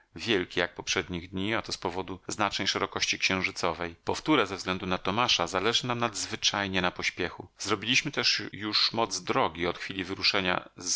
wielki jak poprzednich dni a to z powodu znacznej szerokości księżycowej powtóre ze względu na tomasza zależy nam nadzwyczajnie na pośpiechu zrobiliśmy też już moc drogi od chwili wyruszenia z